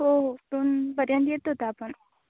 हो हो दोनपर्यंत येतो आहोत आपण